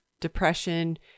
depression